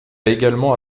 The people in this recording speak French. également